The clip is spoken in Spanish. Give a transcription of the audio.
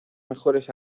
mejores